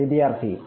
વિદ્યાર્થી પણ